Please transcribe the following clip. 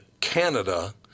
Canada